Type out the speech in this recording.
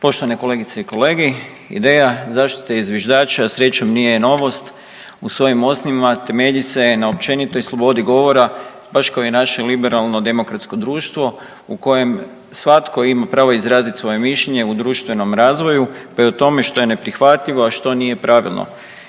Poštovane kolegice i kolege, ideja zaštite zviždača srećom, nije novost, u svojim .../nerazumljivo/... temelji se na općenitoj slobodi govora baš kao i naše liberalno demokratsko društvo u kojem svatko ima pravo izraziti svoje mišljenje u društvenom razvoju, pa i u tome što je neprihvatljivo, a što nije pravilno.